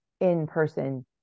in-person